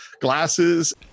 glasses